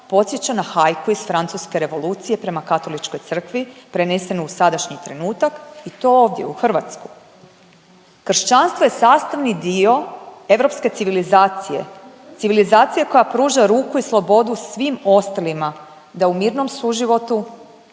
podsjeća na hajku iz Francuske Revolucije prema Katoličkoj crkvi preneseno u sadašnji trenutak i to ovdje u Hrvatsku. Kršćanstvo je sastavni dio europske civilizacije, civilizacije koja pruža ruku i slobodu svim ostalima da u mirnom suživotu